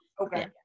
okay